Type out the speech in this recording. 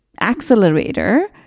accelerator